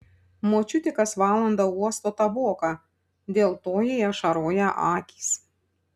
močiutė kas valandą uosto taboką dėl to jai ašaroja akys